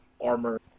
armor